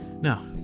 Now